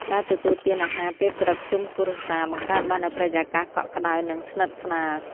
ការទទួលទានអាហារពេលព្រឹកជុំគ្រួសារ បង្កើតបាននូវបរិយាកាសកក់ក្តៅ និងស្និទ្ធស្នាល។